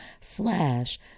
slash